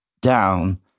down